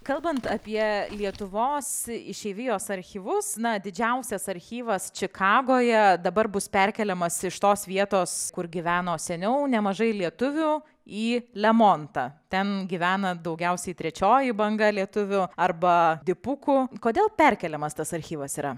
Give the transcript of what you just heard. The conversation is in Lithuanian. kalbant apie lietuvos išeivijos archyvus na didžiausias archyvas čikagoje dabar bus perkeliamas iš tos vietos kur gyveno seniau nemažai lietuvių į lemontą ten gyvena daugiausiai trečioji banga lietuvių arba dipukų kodėl perkeliamas tas archyvas yra